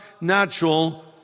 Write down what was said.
natural